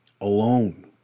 alone